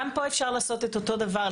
גם פה אפשר לעשות את אותו דבר,